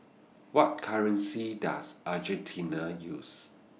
What currency Does Argentina use